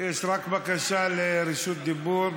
יש רק בקשה לרשות דיבור.